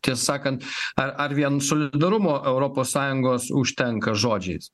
tiesą sakant ar ar vien solidarumo europos sąjungos užtenka žodžiais